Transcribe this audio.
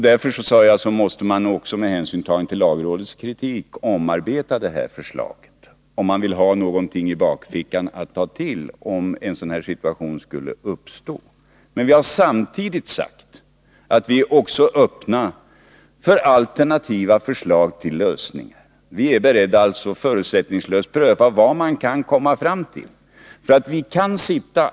Därför sade jag att med hänsyn härtill och till lagrådets kritik måste man omarbeta förslaget, om man vill ha någonting att ta till som ett ekonomiskt styrmedel. Men vi har samtidigt sagt att vi också är öppna för alternativa förslag till lösningar. Vi är beredda att förutsättningslöst pröva vad man kan komma fram till.